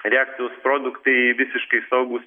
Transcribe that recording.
reakcijos produktai visiškai saugūs